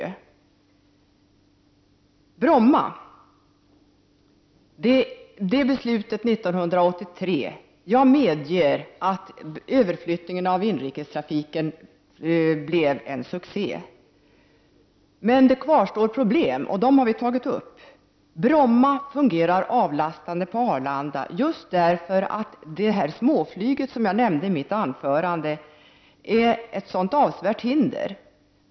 När det gäller Bromma och beslutet från 1983 medger jag att överflyttningen av inrikestrafiken blev en succé. Det kvarstår dock problem. Vi har tagit upp dem. Bromma fungerar avlastande på Arlanda, därför att dessa småflygplan, som jag nämnde i mitt anförande, utgör ett avsevärt hinder.